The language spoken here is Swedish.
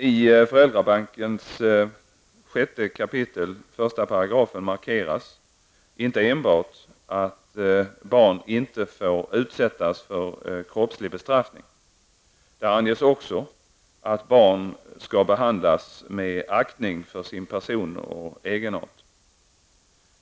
I föräldrabalkens 6 kap. 1 § markeras inte enbart att barn inte får utsättas för kroppslig bestraffning. Där anges också att barn skall behandlas med aktning för sin person och egenart.